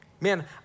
man